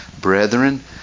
brethren